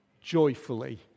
joyfully